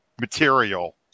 material